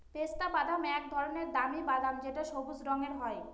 পেস্তা বাদাম এক ধরনের দামি বাদাম যেটা সবুজ রঙের হয়